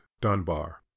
dunbar